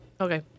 Okay